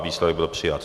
Výsledek byl přijat.